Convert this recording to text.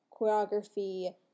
choreography